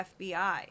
FBI